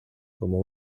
como